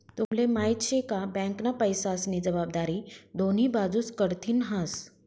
तुम्हले माहिती शे का? बँकना पैसास्नी जबाबदारी दोन्ही बाजूस कडथीन हास